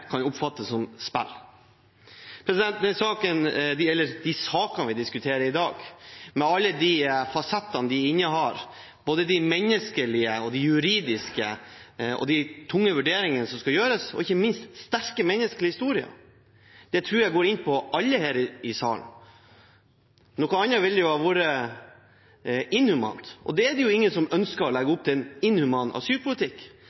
kan oppfattes som spill. De sakene vi diskuterer i dag, med alle de fasettene de innehar – både de menneskelige og de juridiske, de tunge vurderingene som skal gjøres, og ikke minst sterke menneskelige historier – tror jeg går inn på alle her i salen. Noe annet ville ha vært inhumant, og det er jo ingen som ønsker å legge